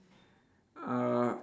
uh